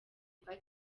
kwa